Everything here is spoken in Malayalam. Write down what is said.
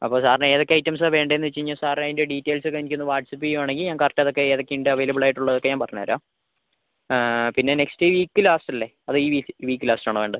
അപ്പം സാറിന് ഏതൊക്കെ ഐറ്റംസാണ് വേണ്ടേന്ന് വെച്ച് കഴിഞ്ഞാൽ സാർ അതിൻ്റ ഡീറ്റെയിൽസ് ഒക്കെ എനിക്ക് ഒന്ന് വാട്ട്സ്ആപ്പ് ചെയുവാണെങ്കിൽ ഞാൻ കറക്റ്റ് അത് ഒക്കെ ഏതൊക്കെ ഉണ്ട് അവൈലബിൾ ആയിട്ട് ഉള്ളത് ഒക്കെ ഞാൻ പറഞ്ഞുതരാം പിന്നെ നെക്സ്റ്റ് വീക്ക് ലാസ്റ്റ് അല്ലെ അതോ ഈ വീക്ക് വീക്ക് ലാസ്റ്റ് ആണോ വേണ്ടത്